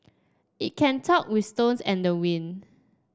it can talk with stones and the wind